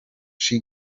she